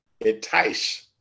entice